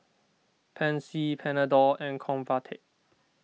Pansy Panadol and Convatec